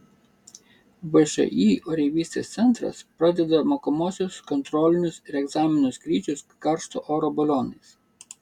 všį oreivystės centras pradeda mokomuosius kontrolinius ir egzaminų skrydžius karšto oro balionais